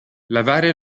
lavare